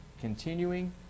continuing